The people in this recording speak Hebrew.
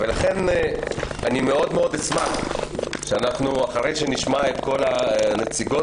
לכן אני מאוד מאוד אשמח שאחרי שנשמע את כל הנציגות